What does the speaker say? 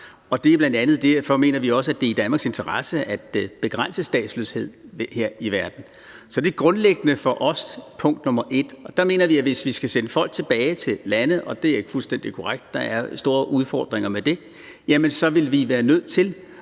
Og det er bl.a. derfor, vi også mener, at det er i Danmarks interesse at begrænse statsløshed her i verden. Så grundlæggende er det for os punkt nummer 1. Og der mener vi, at hvis vi skal sende folk tilbage til lande – og det er fuldstændig korrekt, at der er store udfordringer med det – vil vi være nødt til